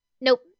nope